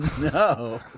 no